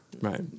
right